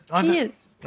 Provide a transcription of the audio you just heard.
Cheers